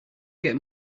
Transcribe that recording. get